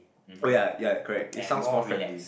oh ya ya correct it sounds more friendly